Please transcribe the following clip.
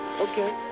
Okay